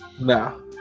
No